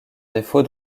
défaut